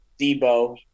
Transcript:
Debo